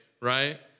right